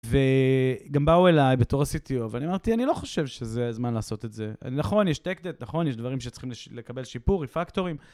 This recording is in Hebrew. וגם באו אליי בתור ה-CTO, ואני אמרתי, אני לא חושב שזה הזמן לעשות את זה. נכון, יש טקדט, נכון, יש דברים שצריכים לקבל שיפור, ריפקטורים.